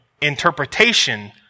interpretation